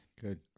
Good